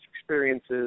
experiences